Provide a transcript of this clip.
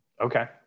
Okay